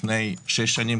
לפני שש שנים,